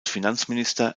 finanzminister